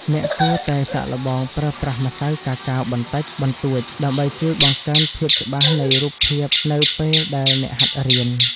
អ្នកគួរតែសាកល្បងប្រើប្រាស់ម្សៅកាកាវបន្តិចបន្តួចដើម្បីជួយបង្កើនភាពច្បាស់នៃរូបភាពនៅពេលដែលអ្នកហាត់រៀន។